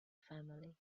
family